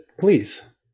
please